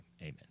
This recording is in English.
amen